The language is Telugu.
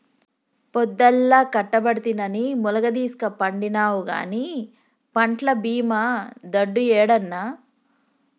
పొద్దల్లా కట్టబడితినని ములగదీస్కపండినావు గానీ పంట్ల బీమా దుడ్డు యేడన్నా